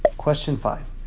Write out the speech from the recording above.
ah question five.